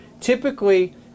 Typically